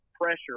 pressure